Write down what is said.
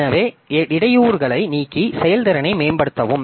எனவே இடையூறுகளை நீக்கி செயல்திறனை மேம்படுத்தவும்